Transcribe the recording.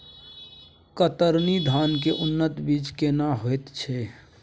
कतरनी धान के उन्नत बीज केना होयत छै?